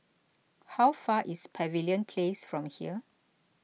how far away is Pavilion Place from here